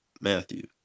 Matthew